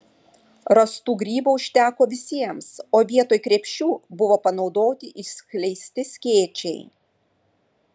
rastų grybų užteko visiems o vietoj krepšių buvo panaudoti išskleisti skėčiai